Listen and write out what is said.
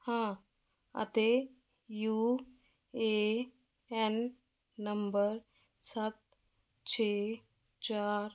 ਹਾਂ ਅਤੇ U A N number ਸੱਤ ਛੇ ਚਾਰ